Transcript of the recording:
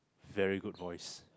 very good voice